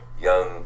young